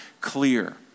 Clear